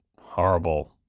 horrible